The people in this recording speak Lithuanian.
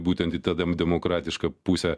būtent į tą dem demokratišką pusę